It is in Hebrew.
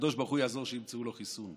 הקדוש ברוך הוא יעזור שימצאו לה חיסון.